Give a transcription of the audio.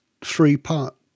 three-part